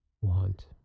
want